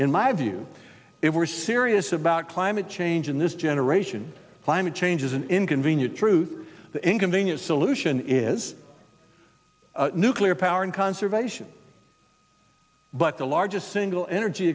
in my view if we're serious about climate change in this generation climate change is an inconvenient truth the inconvenient solution is nuclear power and conservation but the largest single energy